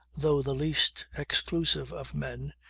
though the least exclusive of men,